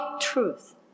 truth